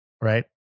right